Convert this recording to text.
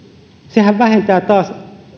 sehän vähentää taas